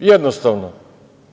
Jednostavno,